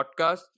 podcast